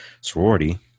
sorority